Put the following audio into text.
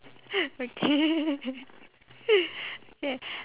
okay okay